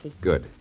Good